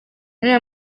uriya